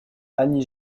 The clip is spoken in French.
annie